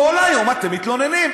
כל היום אתם מתלוננים.